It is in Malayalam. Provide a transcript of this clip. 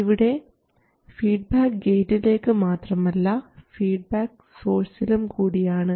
ഇവിടെ ഫീഡ്ബാക്ക് ഗേറ്റിലേക്ക് മാത്രമല്ല ഫീഡ്ബാക്ക് സോഴ്സിലും കൂടിയാണ്